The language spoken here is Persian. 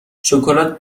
شکلات